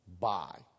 buy